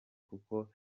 kuko